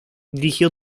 dirigió